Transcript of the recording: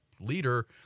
leader